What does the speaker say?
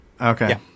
Okay